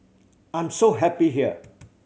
I'm so happy here